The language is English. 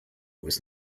was